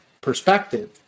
perspective